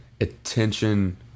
attention